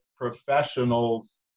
professionals